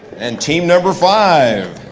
and team number five.